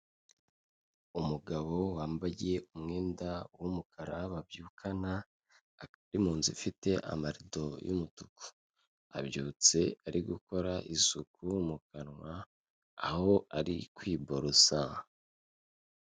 Umugabo wambaye umwenda w'umukara babyukana, ari mu nzu ifite amarido y'umutuku; abyutse ari gukora isuku mu kanwa, aho ari kwiborosa.